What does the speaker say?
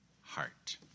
heart